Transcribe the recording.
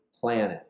planet